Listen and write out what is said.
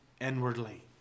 inwardly